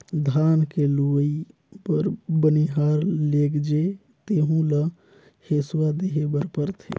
धान के लूवई बर बनिहार लेगजे तेहु ल हेसुवा देहे बर परथे